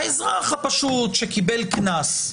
אני מדבר על האזרח הפשוט שקיבל קנס.